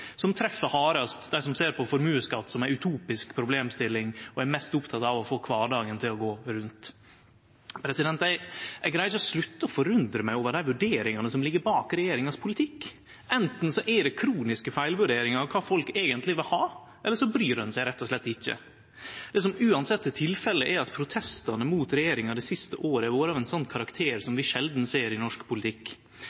som treff hardast dei som ser på formuesskatt som ei utopisk problemstilling og er mest opptekne av å få kvardagen til å gå rundt. Eg greier ikkje å slutte å forundre meg over dei vurderingane som ligg bak politikken til regjeringa. Anten er det kroniske feilvurderingar av kva folk eigentleg vil ha, eller så bryr ein seg rett og slett ikkje. Det som uansett er tilfellet, er at protestane mot regjeringa det siste året har vore av ein sånn karakter som